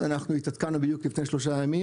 אנחנו התעדכנו בדיוק לפני שלושה ימים